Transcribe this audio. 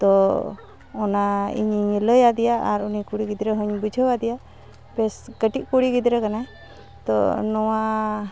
ᱛᱳ ᱚᱱᱟ ᱤᱧᱤᱧ ᱞᱟᱹᱭᱟᱫᱮᱭᱟ ᱟᱨ ᱩᱱᱤ ᱠᱩᱲᱤ ᱜᱤᱫᱽᱨᱟᱹᱦᱚᱸᱧ ᱵᱩᱡᱷᱟᱹᱣᱟᱫᱮᱭᱟ ᱵᱮᱥ ᱠᱟᱹᱴᱤᱡ ᱠᱩᱲᱤᱜᱤᱫᱽᱨᱟᱹ ᱠᱟᱱᱟᱭ ᱛᱳ ᱱᱚᱣᱟ